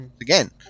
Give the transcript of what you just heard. again